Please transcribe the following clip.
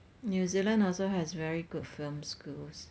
new zealand also has very good films schools